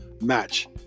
match